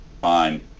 fine